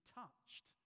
touched